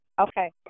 Okay